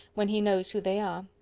when he knows who they are?